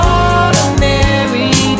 ordinary